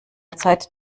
zeit